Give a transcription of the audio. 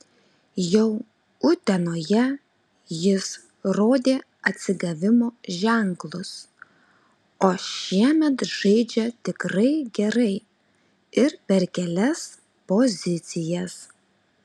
jau utenoje jis rodė atsigavimo ženklus o šiemet žaidžia tikrai gerai ir per kelias pozicijas